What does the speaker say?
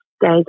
days